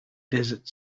desert